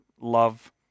love